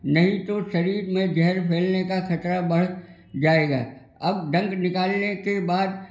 नहीं तो शरीर में जहर फैलने का खतरा बढ़ जाएगा अब डंक निकालने के बाद